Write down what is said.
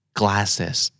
glasses